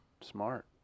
smart